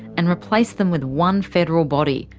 and replaced them with one federal body,